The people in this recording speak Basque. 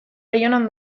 baionan